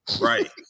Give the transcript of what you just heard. right